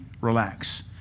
relax